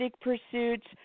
pursuits